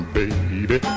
baby